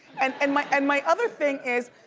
and and my and my other thing is,